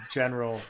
general